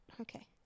okay